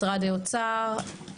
משרד האוצר,